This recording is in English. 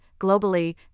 globally